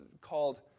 called